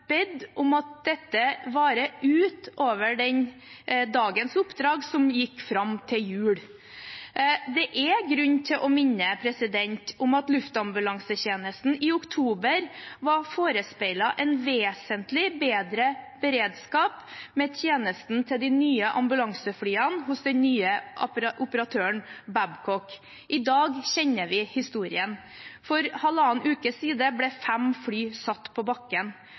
bedt om at dette varer utover dagens oppdrag, som gikk fram til jul. Det er grunn til å minne om at luftambulansetjenesten i oktober var forespeilet en vesentlig bedre beredskap med tjenesten til de nye ambulanseflyene hos den nye operatøren, Babcock. I dag kjenner vi historien. For halvannen uke siden ble fem fly satt på bakken,